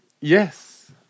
yes